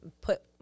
put